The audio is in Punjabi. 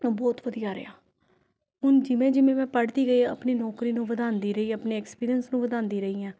ਉਹ ਬਹੁਤ ਵਧੀਆ ਰਿਹਾ ਹੁਣ ਜਿਵੇਂ ਜਿਵੇਂ ਮੈਂ ਪੜ੍ਹਦੀ ਗਈ ਆਪਣੀ ਨੌਕਰੀ ਨੂੰ ਵਧਾਉਂਦੀ ਰਹੀ ਆਪਣੇ ਐਕਸਪੀਰੀਅਨਸ ਵਧਾਉਂਦੀ ਰਹੀ ਹਾਂ